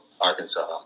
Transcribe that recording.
Arkansas